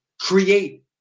create